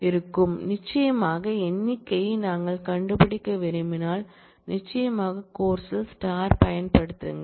எனவே நிச்சயமாக எண்ணிக்கையை நாங்கள் கண்டுபிடிக்க விரும்பினால் நிச்சயமாக கோர்ஸ் ல் பயன்படுத்துங்கள்